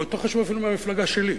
הוא יותר חשוב אפילו מהמפלגה שלי.